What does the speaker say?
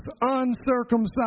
uncircumcised